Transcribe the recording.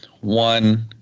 One